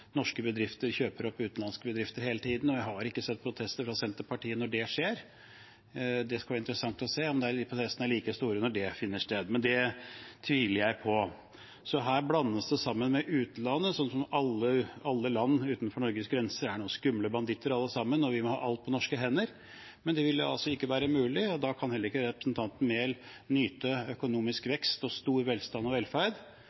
Norske bedrifter kjøper opp utenlandske bedrifter hele tiden, og jeg har ikke sett protester fra Senterpartiet når det skjer. Det skal bli interessant å se om de protestene er like store når det finner sted, men det tviler jeg på. Her blandes det sammen. Utlandet er alle land utenfor Norges grenser som er noen skumle banditter alle sammen, og vi må ha alt på norske hender. Men det vil altså ikke være mulig. Da kan heller ikke representanten Enger Mehl nyte økonomisk